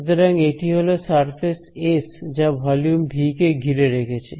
সুতরাং এটি হলো সারফেস এস যা ভলিউম ভি কে ঘিরে রেখেছে